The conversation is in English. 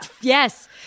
Yes